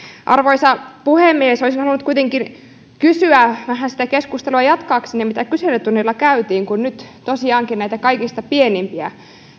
arvoisa puhemies olisin halunnut kuitenkin kysyä vähän sitä keskustelua jatkaakseni mitä kyselytunnilla käytiin kun nyt tosiaankin näitä kaikista pienimpiä